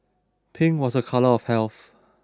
pink was a colour of health